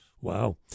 Wow